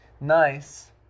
nice